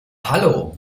hallo